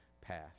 path